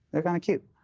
they're kind of cute.